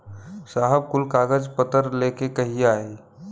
साहब कुल कागज पतर लेके कहिया आई?